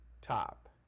Top